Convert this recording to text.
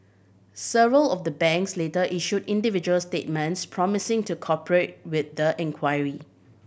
several of the banks later issued individual statements promising to cooperate with the inquiry